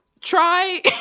Try